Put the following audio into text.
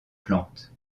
plantes